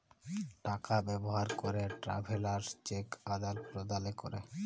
টাকা ব্যবহার ক্যরে ট্রাভেলার্স চেক আদাল প্রদালে ক্যরে